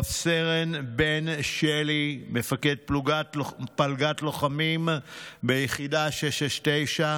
רב-סרן בן שלי, מפקד פלגת לוחמים ביחידה 669,